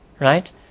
Right